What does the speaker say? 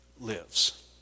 lives